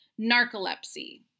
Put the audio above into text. Narcolepsy